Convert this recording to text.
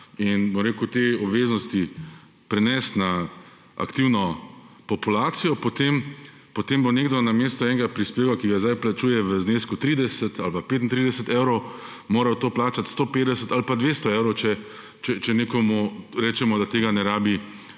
in bom rekel te obveznosti prenesti na aktivno populacijo, potem bo nekdo namesto enega prispevka, ki ga sedaj plačuje v znesku 30 ali pa 35 evrov, moral to plačati 150 ali pa 200 evrov, če nekomu rečemo, da mu tega ni treba